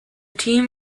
team